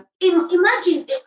Imagine